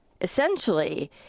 Essentially